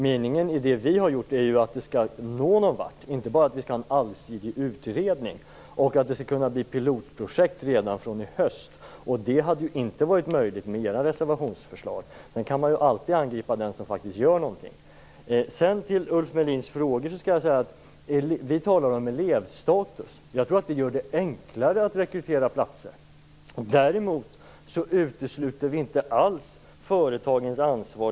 Meningen i det vi har gjort är att vi skall nå någon vart, inte bara att vi skall ha en allsidig utredning, och att det skall kunna bli aktuellt med pilotprojekt redan i höst. Det hade inte varit möjligt med det förslag som ni lägger fram i reservationen. Sedan kan man förstås alltid angripa den som faktiskt gör någonting. Vi talar om elevstatus. Jag tror att det gör det enklare att rekrytera platser. Däremot utesluter vi inte alls företagens ansvar.